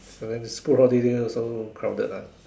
and then the school holiday also crowded lah